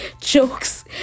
jokes